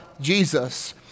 Jesus